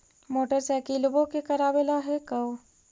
मोटरसाइकिलवो के करावे ल हेकै?